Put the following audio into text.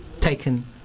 taken